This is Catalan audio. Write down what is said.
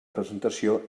presentació